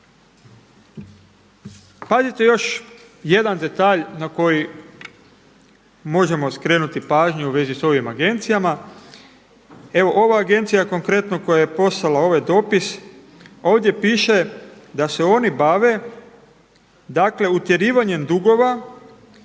Pazite još jedan detalj na koji možemo skrenuti pažnju u vezi sa ovim agencijama. Evo ova Agencija konkretno koja je poslala ovaj dopis ovdje piše da se oni bave, dakle, utjerivanjem dugova